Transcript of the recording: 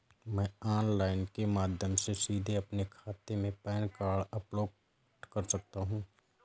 क्या मैं ऑनलाइन के माध्यम से सीधे अपने खाते में पैन कार्ड अपलोड कर सकता हूँ?